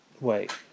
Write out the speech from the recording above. Wait